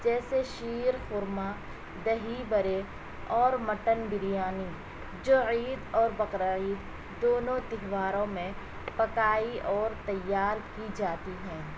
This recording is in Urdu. جیسے شیر خرما دہی برے اور مٹن بریانی جو عید اور بقرعید دونوں تہواروں میں پکائی اور تیار کی جاتی ہیں